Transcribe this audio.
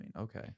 Okay